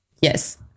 yes